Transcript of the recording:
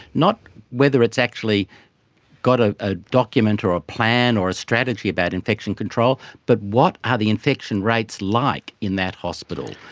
not whether it's actually got ah a document or a plan or a strategy about infection control, but what are the infection rates like in that hospital.